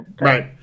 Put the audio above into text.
Right